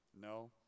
No